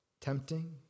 tempting